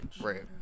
Right